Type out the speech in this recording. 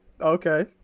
Okay